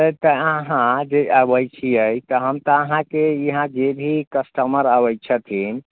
तऽ तऽ अहाँ जे अबै छियै तऽ हम तऽ अहाँके यहाँ जे भी कस्टमर अबै छथिन